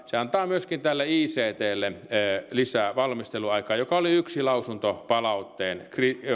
se antaa myöskin tälle ictlle lisää valmisteluaikaa mikä oli yksi lausuntopalautteen